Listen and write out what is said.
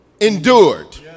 Endured